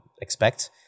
expect